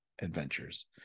adventures